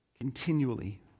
continually